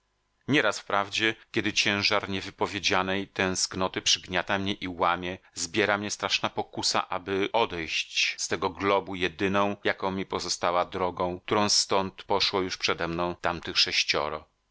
nieraz wprawdzie kiedy ciężar niewypowiedzianej tęsknoty przygniata mnie i łamie zbiera mnie straszna pokusa aby odejść z tego globu jedyną jaka mi pozostała drogą którą stąd poszło już przede mną tamtych sześcioro